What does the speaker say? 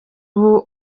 ubu